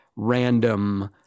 Random